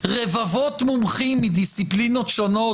רבבות מומחים מדיסציפלינות שונות,